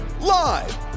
live